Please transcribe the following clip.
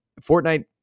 Fortnite